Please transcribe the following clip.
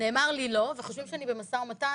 נאמר לי לא וחושבים שאני במשא ומתן